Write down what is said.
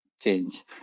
change